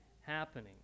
happening